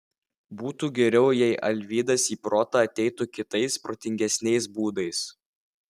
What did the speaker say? būtų geriau jei alvydas į protą ateitų kitais protingesniais būdais